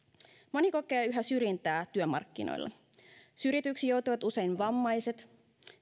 moni kokee yhä syrjintää työmarkkinoilla syrjityksi joutuvat usein vammaiset